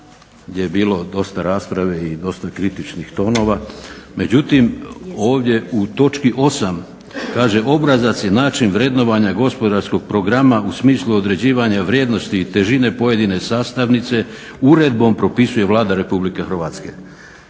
gdje je bilo dosta rasprave i dosta kritičnih tonova, međutim ovdje u točki 8 kaže: obrazac je način vrednovanja gospodarskog programa u smislu određivanja vrijednosti i težine pojedine sastavnice uredbom propisuje Vlada Republike Hrvatske.